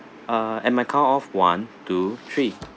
uh and my count of one two three